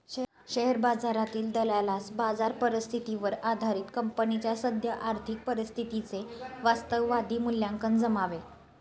share बाजारातील दलालास बाजार परिस्थितीवर आधारित कंपनीच्या सद्य आर्थिक परिस्थितीचे वास्तववादी मूल्यांकन जमावे